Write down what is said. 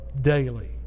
daily